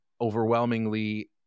overwhelmingly